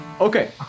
okay